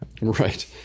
Right